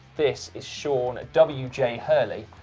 this is sean w j. hurley,